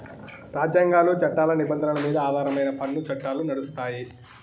రాజ్యాంగాలు, చట్టాల నిబంధనల మీద ఆధారమై పన్ను చట్టాలు నడుస్తాయి